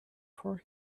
for